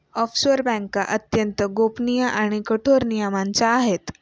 offshore बँका अत्यंत गोपनीय आणि कठोर नियमांच्या आहे